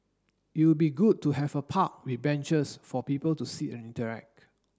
it would be good to have a park with benches for people to sit and interact